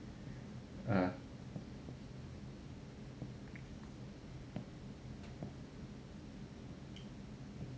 uh